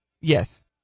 Yes